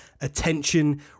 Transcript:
attention